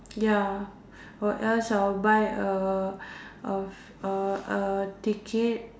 ya or else I will buy a a a a ticket